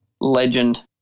legend